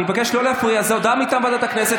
אני מבקש לא להפריע, זו הודעה מטעם ועדת הכנסת.